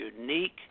unique